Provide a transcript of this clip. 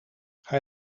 hij